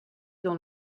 dans